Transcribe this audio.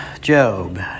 Job